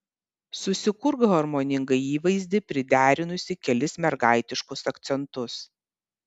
susikurk harmoningą įvaizdį priderinusi kelis mergaitiškus akcentus